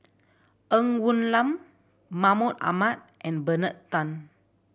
Ng Woon Lam Mahmud Ahmad and Bernard Tan